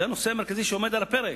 זה הנושא המרכזי שעומד על הפרק.